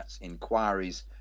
inquiries